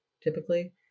typically